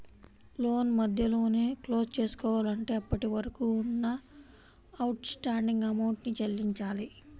లోను మధ్యలోనే క్లోజ్ చేసుకోవాలంటే అప్పటివరకు ఉన్న అవుట్ స్టాండింగ్ అమౌంట్ ని చెల్లించాలి